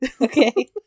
okay